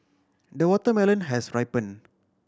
the watermelon has ripen